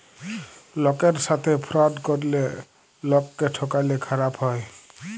লকের সাথে ফ্রড ক্যরলে লকক্যে ঠকালে খারাপ হ্যায়